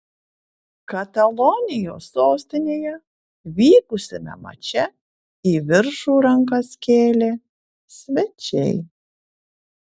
katalonijos sostinėje vykusiame mače į viršų rankas kėlė svečiai